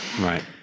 Right